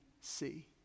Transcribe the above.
see